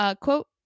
quote